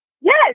Yes